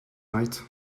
night